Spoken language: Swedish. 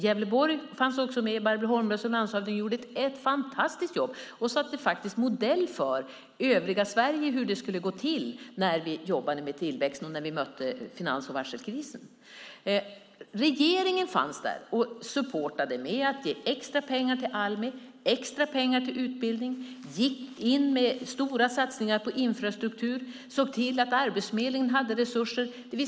Gävleborg fanns också med. Barbro Holmberg, som är landshövding, gjorde ett fantastiskt jobb som blev en modell för övriga Sverige i hur det skulle gå till när vi jobbade med tillväxten och mötte finans och varselkrisen. Regeringen fanns med som support. Vi gav extra pengar till Almi och till utbildning, gick in med stora satsningar på infrastruktur, såg till att Arbetsförmedlingen hade resurser.